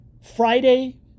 Friday